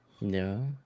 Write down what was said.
No